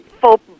full